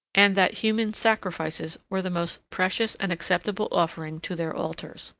and that human sacrifices were the most precious and acceptable offering to their altars.